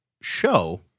show